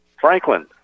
Franklin